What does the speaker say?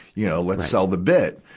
you know, let's sell the bit.